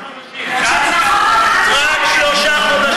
רק שלושה חודשים.